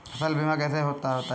फसल बीमा कैसे होता है बताएँ?